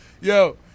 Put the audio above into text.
Yo